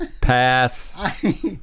Pass